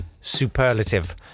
superlative